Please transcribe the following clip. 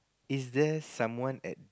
is there someone at